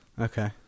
Okay